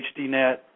HDNet